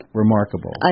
remarkable